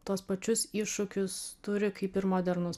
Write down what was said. tuos pačius iššūkius turi kaip ir modernus